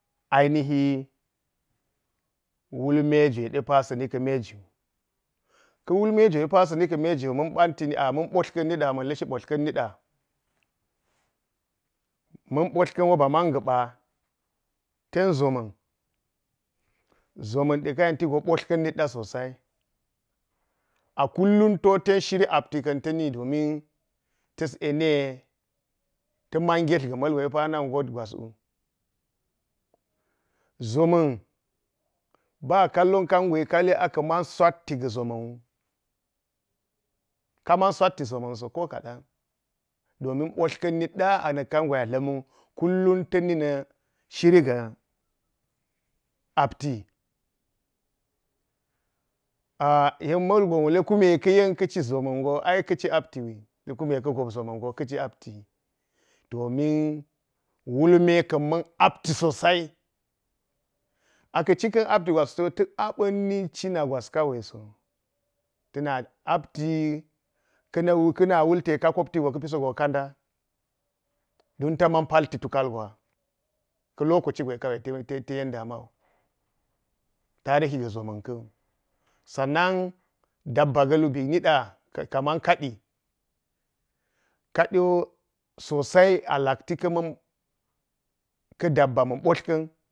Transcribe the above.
Ainihi wulme jwe de po sa̱ni ka̱ me jo. Ka wulme jwe depa sa ni ka me jo ma̱n bolka̱jn nida a ma̱n lishi botl ka̱n niɗa ma̱n ɓotl, ka̱n wo ba ma̱n ga̱ɓa ten ẕoma̱n. Zoma̱n ɗe ka yenti go botl ka̱m nitɗa so sai a kullum to ten shiri apti ka̱n ta̱ni domin ta̱s yeni ye ta̱ ma̱n ngetl da̱ ma̱lgwe na ngot gwaswu. Zomon ba kallon kam gwe kaali a ka̱ man swatti ga ʒoma̱n wu- kama swatti ʒoma̱n go ko kadan domin botl kan nidɗa a kuma kan gwe a dla̱m go kullum ta̱ni ka shiri ga̱ apti yek ma̱lgon wule kume ka̱ yen kaci ʒoma̱n go aika ci apti wi kume ka ggo zoma̱n go ai ka̱ci apti wi domin wul me ka̱n ma̱n apti sosai aka̱ cika̱n apti gwas go ta aɓanna̱ cina gwas kawai so, domin ta̱ na apti ka̱nan wulte ka kopti go ka̱ pisogo ka ndai don taa ma̱ pa̱lti tet tukaal gwa ka̱ lokaci gwe kawai ta yen dama. Tarihi ga̱ ʒoma̱n kawu sannan dabba ga̱ luɓi nida kaman kaɗi- kaɗiwo sosai a lakti ka̱ma̱n ka̱ dabba ma̱n botl ka̱n.